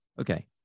okay